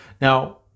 Now